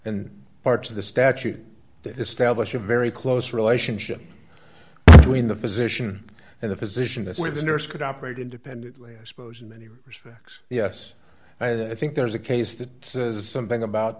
and parts of the statute that establish a very close relationship between the physician and the physician that's where the nurse could operate independently i suppose in many respects yes i think there's a case that says something about